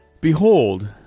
Behold